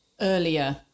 earlier